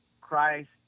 Christ